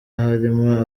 harimo